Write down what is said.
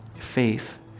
Faith